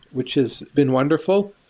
which is been wonderful.